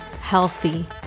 healthy